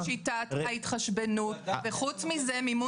אבל זאת שיטת ההתחשבנות וחוץ מזה,